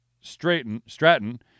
Stratton